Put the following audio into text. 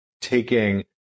taking